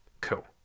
cool